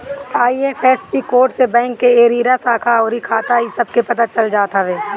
IFSC code से bank के area, शाखा अउरी खाता इ सब के पता चल जात हवे